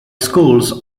schools